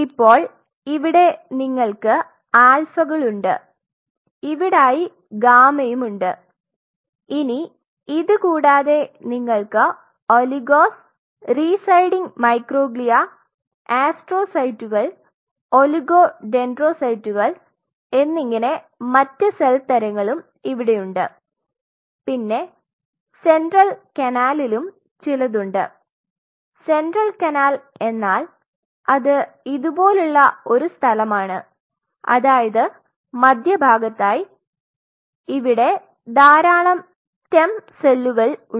ഇപ്പോൾ ഇവിടെ നിങ്ങൾക്ക് ആൽഫകളുണ്ട് ഇവിടായി ഗാമയുമുണ്ട് ഇനി ഇത്കൂടാതെ നിങ്ങൾക്ക് ഒളിഗോസ് റീസൈഡിങ് മൈക്രോഗ്ലിയ ആസ്ട്രോസൈറ്റുകൾ ഒലിഗോ ഡെൻഡ്രോസൈറ്റുകൾ എന്നിങ്ങനെ മറ്റ് സെൽ തരങ്ങളും ഇവിടെയുണ്ട് പിന്നെ സെൻട്രൽ കനാലിലും ചിലത് ഉണ്ട് സെൻട്രൽ കനാൽ എന്നാൽ അത് ഇതുപോലുള്ള ഒരു സ്ഥലമാണ് അതായത് മധ്യഭാഗത്തായി ഇവിടെ ധാരാളം സ്റ്റെം സെല്ലുകൾ ഉണ്ട്